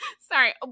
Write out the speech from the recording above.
Sorry